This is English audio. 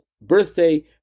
birthday